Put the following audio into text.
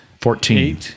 fourteen